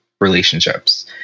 relationships